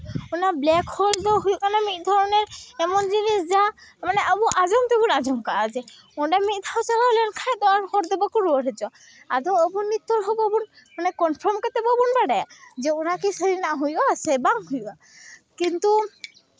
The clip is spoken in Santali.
ᱚᱱᱟ ᱵᱞᱮᱠ ᱦᱳᱞ ᱫᱚ ᱦᱩᱭᱩᱜ ᱠᱟᱱᱟ ᱢᱤᱫ ᱫᱷᱚᱨᱚᱱᱮᱨ ᱮᱢᱚᱱ ᱡᱤᱱᱤᱥ ᱡᱟᱦᱟᱸ ᱟᱵᱚ ᱟᱸᱡᱚᱢ ᱛᱮᱫᱵᱚᱱ ᱟᱸᱡᱚᱢ ᱟᱠᱟᱫᱼᱟ ᱡᱮ ᱚᱸᱰᱮ ᱢᱤᱫ ᱫᱷᱟᱣ ᱪᱟᱞᱟᱣ ᱞᱮᱱᱠᱷᱟᱱ ᱫᱚ ᱟᱨ ᱦᱚᱲ ᱫᱚ ᱵᱟᱝᱠᱚ ᱨᱩᱣᱟᱹᱲ ᱦᱤᱡᱩᱜᱼᱟ ᱟᱫᱚ ᱟᱵᱚ ᱱᱤᱛᱚᱜ ᱦᱚᱸ ᱵᱟᱵᱚᱱ ᱢᱟᱱᱮ ᱠᱚᱱᱯᱷᱟᱨᱢ ᱠᱟᱛᱮᱫ ᱵᱟᱵᱚᱱ ᱵᱟᱲᱟᱭᱟ ᱡᱮ ᱚᱱᱟᱠᱤ ᱥᱟᱨᱤᱱᱟᱜ ᱦᱩᱭᱩᱜᱼᱟ ᱥᱮ ᱵᱟᱝ ᱦᱩᱭᱩᱜᱼᱟ ᱠᱤᱱᱛᱩ